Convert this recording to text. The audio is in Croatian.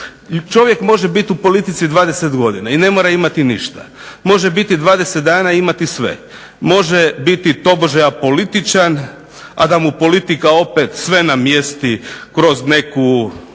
Čovjek može biti u politici 20 godina i ne mora imati ništa, može biti 20 dana i imati sve, može biti tobože apolitičan, a da mu politika opet sve namjesti kroz neku